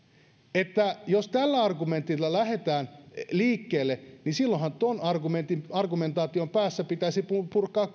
jos tällä argumentilla lähdetään liikkeelle niin silloinhan tuon argumentaation päässä pitäisi purkaa